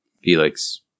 Felix